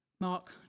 Mark